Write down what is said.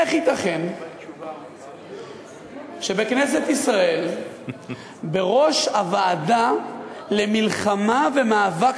איך ייתכן שבכנסת ישראל בראש הוועדה למלחמה ומאבק